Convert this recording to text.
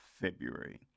February